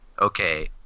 okay